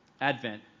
Advent